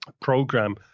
program